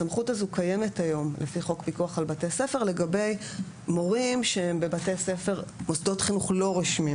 הסמכות הזו קיימת היום לגבי מורים במוסדות החינוך הלא-רשמיים,